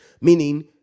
meaning